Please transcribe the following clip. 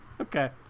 Okay